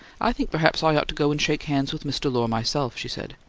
i think perhaps i ought to go and shake hands with mr. lohr, myself, she said,